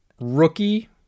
rookie